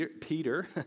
Peter